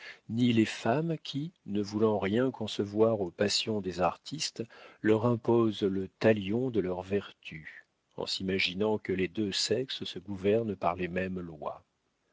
ni les femmes qui ne voulant rien concevoir aux passions des artistes leur imposent le talion de leurs vertus en s'imaginant que les deux sexes se gouvernent par les mêmes lois